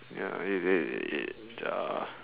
ya it it it uh